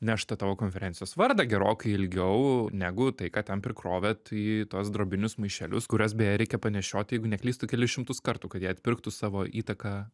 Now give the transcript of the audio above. neš ta tavo konferencijos vardą gerokai ilgiau negu tai ką ten prikrovė tai tuos drobinius maišelius kuriuos beje reikia panešioti jeigu neklystu kelis šimtus kartų kad jie atpirktų savo įtaką